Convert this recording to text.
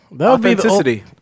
authenticity